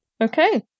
Okay